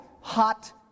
hot